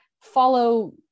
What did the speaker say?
follow